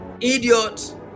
idiot